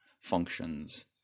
functions